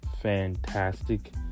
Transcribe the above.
fantastic